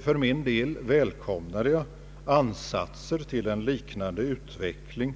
För min del välkomnar jag ansatser till en liknande utveckling